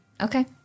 Okay